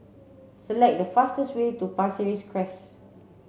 select the fastest way to Pasir Ris Crest